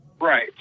Right